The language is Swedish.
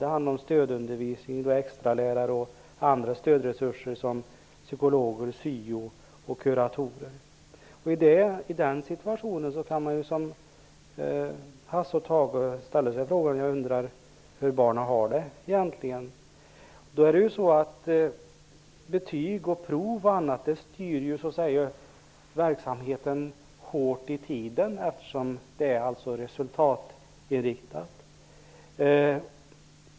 Det handlar om stödundervisning, extralärare och andra stödresurser såsom psykologer, SYO-konsulenter och kuratorer. I den situationen kan man som Hasse och Tage undra hur barnen egentligen har det. Betyg, prov och annat styr verksamheten hårt i tiden, eftersom de är resultatinriktade.